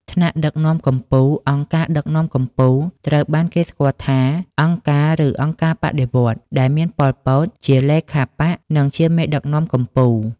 ថ្នាក់ដឹកនាំកំពូល អង្គការដឹកនាំកំពូលត្រូវបានគេស្គាល់ថា អង្គការ ឬ អង្គការបដិវត្តន៍ ដែលមាន ប៉ុល ពត ជាលេខាបក្ស និងជាមេដឹកនាំកំពូល។